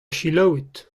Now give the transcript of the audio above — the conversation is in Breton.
selaouit